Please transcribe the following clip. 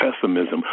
pessimism